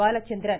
Balachandran